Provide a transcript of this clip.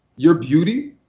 your beauty,